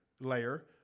layer